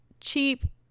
cheap